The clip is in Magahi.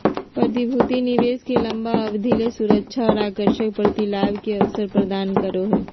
प्रतिभूति निवेश के लंबा अवधि ले सुरक्षा और आकर्षक प्रतिलाभ के अवसर प्रदान करो हइ